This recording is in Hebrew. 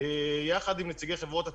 יחד עם נציגי חברות התעופה.